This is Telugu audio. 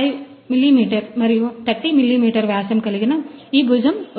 5 మిమీ మరియు 30 మిమీ వ్యాసం కలిగిన ఈ భుజం ఉంది